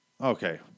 okay